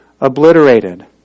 obliterated